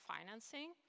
financing